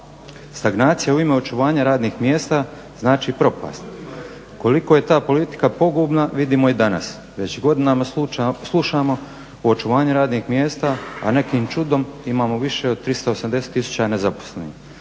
Stagnacija u ime očuvanja radnih mjesta znači propast. Koliko je ta politika pogubna vidimo i danas. Već godinama slušamo o očuvanju radnih mjesta a nekim čudom imamo više od 380 tisuća nezaposlenih.